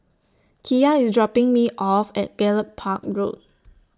Kiya IS dropping Me off At Gallop Park Road